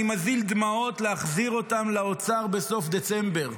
מזיל דמעות להחזיר אותם לאוצר בסוף דצמבר.